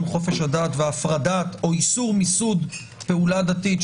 חופש הדת או איסור מיסוד פעולה דתית,